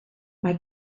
mae